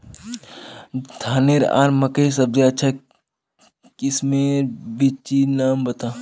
धानेर आर मकई सबसे अच्छा किस्मेर बिच्चिर नाम बता?